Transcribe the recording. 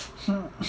hmm